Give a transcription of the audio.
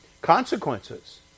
consequences